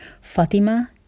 Fatima